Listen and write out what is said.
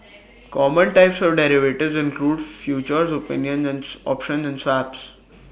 common types of derivatives include futures opinion and options and swaps